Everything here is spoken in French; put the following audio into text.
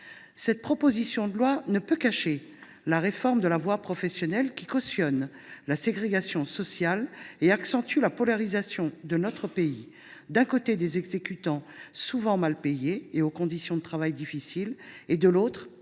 Le présent texte ne saurait cacher la réforme de la voie professionnelle, qui cautionne la ségrégation sociale et accentue la polarisation de notre pays : on trouve, d’un côté, des exécutants souvent mal payés, aux conditions de travail difficiles ; et, de l’autre, des